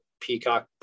peacock